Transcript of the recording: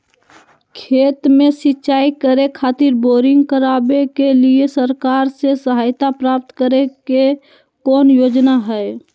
खेत में सिंचाई करे खातिर बोरिंग करावे के लिए सरकार से सहायता प्राप्त करें के कौन योजना हय?